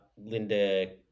Linda